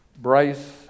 Bryce